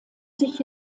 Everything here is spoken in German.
sich